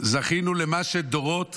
זכינו למה שדורות